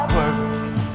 working